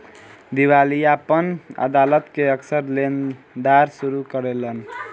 दिवालियापन अदालत के अक्सर लेनदार शुरू करेलन